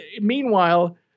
meanwhile